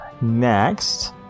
next